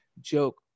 joke